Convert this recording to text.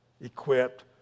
equipped